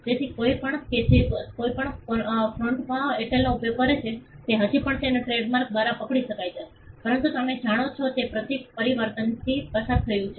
તેથી કોઈપણ કે જે કોઈપણ ફોન્ટમાં એરટેલનો ઉપયોગ કરે છે તે હજી પણ તેમના ટ્રેડમાર્ક દ્વારા પકડી શકાય છે પરંતુ તમે જાણો છો તે પ્રતીક પરિવર્તનથી પસાર થયું છે